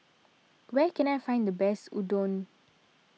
where can I find the best Oden